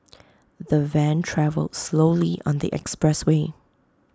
the van travelled slowly on the expressway